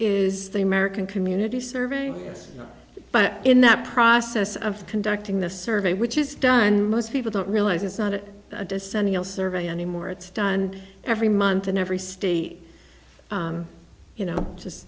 is the american community survey but in that process of conducting the survey which is done most people don't realize it's not a descending el survey anymore it's done every month in every state you know just